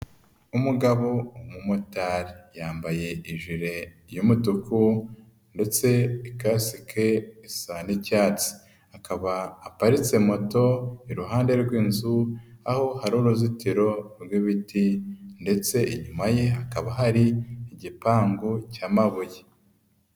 Umugabo umumotari yambaye i jire y'umutuku, ndetse kasike isa n'icyatsi akaba aparitse moto iruhande rw'inzu aho hari uruzitiro rw'ibiti ndetse inyuma ye hakaba hari igipangu cy'amabuye.